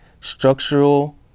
structural